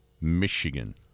Michigan